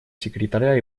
секретаря